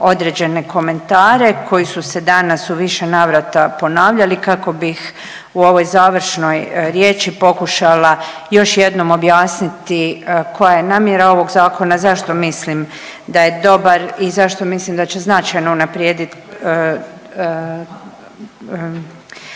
određene komentare koji su se danas u više navrata ponavljali kako bih u ovoj završnoj riječi pokušala još jednom objasniti koja je namjera ovog zakona, zašto mislim da je dobar i zašto mislim da će značajno unaprijediti